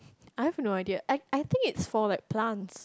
I have no idea I I think it's for like plant